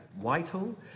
Whitehall